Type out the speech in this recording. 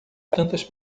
tantas